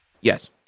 Yes